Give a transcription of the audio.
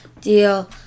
deal